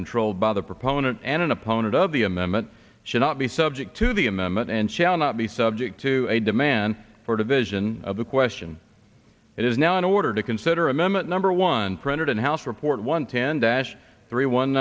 controlled by the proponent and an opponent of the amendment should not be subject to the amendment and shall not be subject to a demand or division of the question it is now in order to consider a member at number one printed in house report one ten dash three one